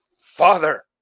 Father